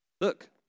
Look